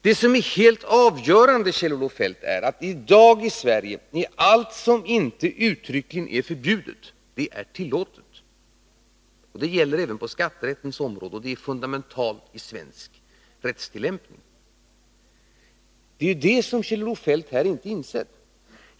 Det som är helt avgörande, Kjell-Olof Feldt, är att i dag i Sverige är allt det tillåtet som inte uttryckligen är förbjudet. Det gäller även på skatterättens område, och det är fundamentalt i svensk rättstillämpning. Det är det som Kjell-Olof Feldt inte har insett.